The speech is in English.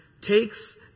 takes